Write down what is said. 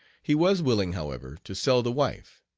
he was willing however, to sell the wife.